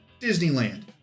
Disneyland